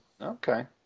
Okay